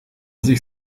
sich